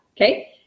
okay